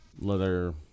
leather